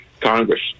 Congress